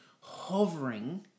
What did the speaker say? hovering